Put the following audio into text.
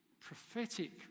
prophetic